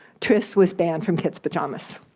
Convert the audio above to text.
tris was banned from kid's pajamas.